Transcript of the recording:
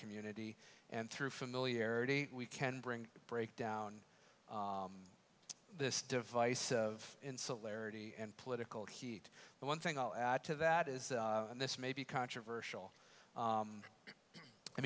community and through familiarity we can bring break down this device of insularity and political heat but one thing i'll add to that is and this may be controversial